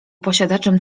posiadaczem